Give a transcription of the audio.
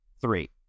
three